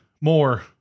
more